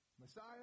Messiah